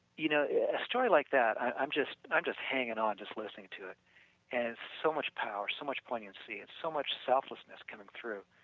you know a story like that. i'm just i'm just hanging on just listening to it and so much power, so much poignancy and so much selflessness coming through.